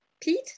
Pete